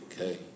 okay